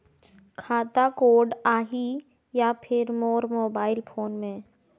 खाता कोड आही या फिर मोर मोबाइल फोन मे?